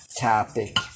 topic